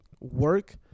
work